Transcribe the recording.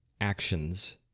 actions